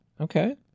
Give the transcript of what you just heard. Okay